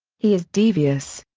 he is devious.